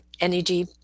energy